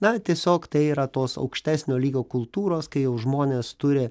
na tiesiog tai yra tos aukštesnio lygio kultūros kai jau žmonės turi